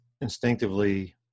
instinctively –